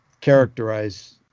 characterize